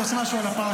תגיד משהו על הפרשה,